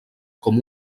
com